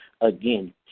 again